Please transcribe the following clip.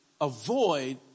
avoid